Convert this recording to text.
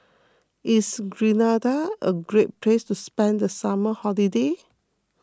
is Grenada a great place to spend the summer holiday